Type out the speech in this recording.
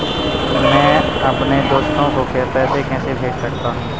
मैं अपने दोस्त को पैसे कैसे भेज सकता हूँ?